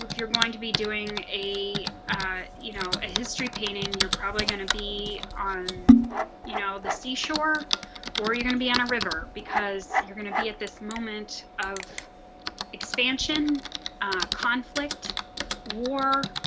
you're going to be doing a you know a history painting, you're probably going to be on you know the seashore or you're going to be on a river because you're going to be at this moment of expansion conflict war.